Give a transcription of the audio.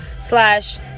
slash